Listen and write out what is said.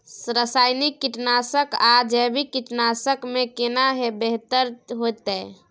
रसायनिक कीटनासक आ जैविक कीटनासक में केना बेहतर होतै?